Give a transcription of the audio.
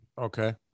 Okay